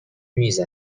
میز